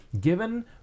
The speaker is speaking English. given